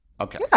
Okay